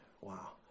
wow